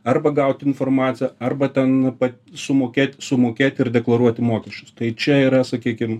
arba gauti informaciją arba ten pat sumokėt sumokėti ir deklaruoti mokesčius tai čia yra sakykim